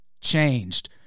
changed